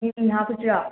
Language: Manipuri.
ꯃꯤꯃꯤ ꯍꯥꯞꯈꯤꯁꯤꯔꯣ